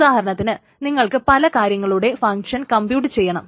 ഉദാഹരണത്തിന് നിങ്ങൾക്ക് പല കാര്യങ്ങളുടെ ഫങ്ങ്ഷനെ കംപ്യൂട്ട് ചെയ്യണം